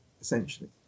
essentially